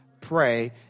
Pray